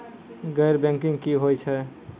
गैर बैंकिंग की होय छै?